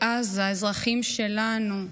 בעזה, אזרחים שלנו,